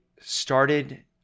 started